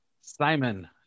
Simon